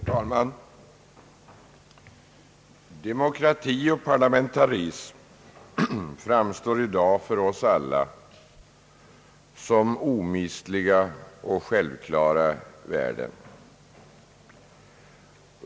Herr talman! Demokrati och parlamentarism framstår i dag för oss alla som omistliga och självklara värden.